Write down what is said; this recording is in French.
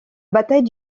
bataille